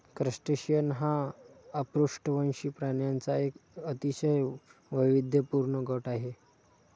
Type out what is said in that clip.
crustacean हा अपृष्ठवंशी प्राण्यांचा एक अतिशय वैविध्यपूर्ण गट आहे